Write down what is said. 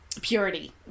purity